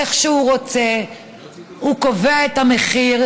איך שהוא רוצה הוא קובע את המחיר,